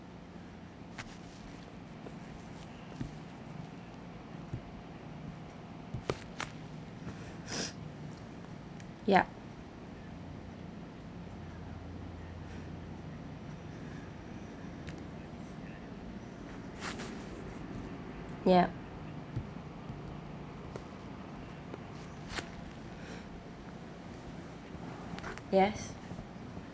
yup yup yes